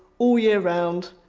all year round,